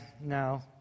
No